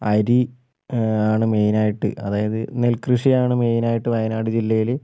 അരി ആണ് മെയിനായിട്ട് അതായത് നെൽകൃഷിയാണ് മെയിനായിട്ട് വയനാട് ജില്ലയില്